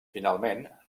finalment